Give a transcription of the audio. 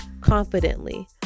confidently